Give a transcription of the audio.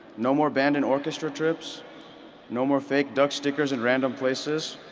no more band and orchestra trips no more fake duck stickers and random places,